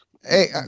Hey